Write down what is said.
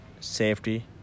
safety